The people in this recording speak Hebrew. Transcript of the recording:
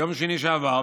ביום שני שעבר,